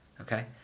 okay